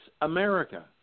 America